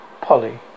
Polly